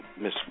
Miss